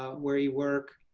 ah where you work,